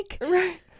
Right